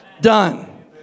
Done